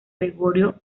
gregorio